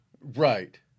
Right